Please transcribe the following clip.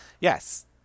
Yes